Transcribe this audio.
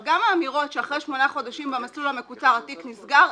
גם האמירות שאחרי שמונה חודשים במסלול המקוצר התיק נסגר,